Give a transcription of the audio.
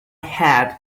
had